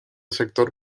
sector